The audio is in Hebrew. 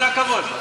כל הכבוד.